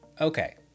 Okay